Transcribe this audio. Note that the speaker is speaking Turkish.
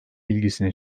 ilgisini